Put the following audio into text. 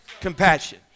Compassion